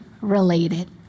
related